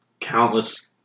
countless